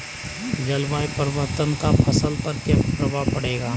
जलवायु परिवर्तन का फसल पर क्या प्रभाव पड़ेगा?